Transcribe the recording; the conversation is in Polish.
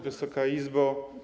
Wysoka Izbo!